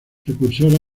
precursora